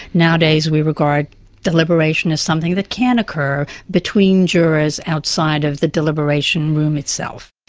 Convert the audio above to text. nowadays we regard deliberation as something that can occur between jurors outside of the deliberation room itself.